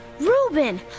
Reuben